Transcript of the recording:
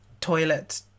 toilet